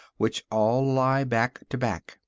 which all lie back to back.